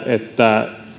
että